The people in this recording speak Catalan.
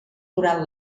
durant